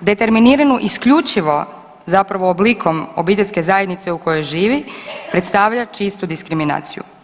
determiniranu isključivo zapravo oblikom obiteljske zajednice u kojoj živi predstavlja čistu diskriminaciju.